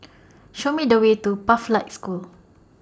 Show Me The Way to Pathlight School